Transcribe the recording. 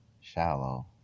Shallow